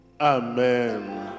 Amen